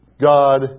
God